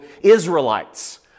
Israelites